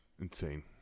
Insane